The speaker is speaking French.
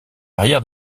arrière